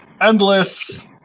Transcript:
Endless